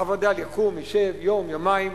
הווד"ל יקום, ישב, יום-יומיים,